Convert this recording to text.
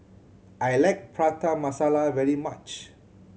I like Prata Masala very much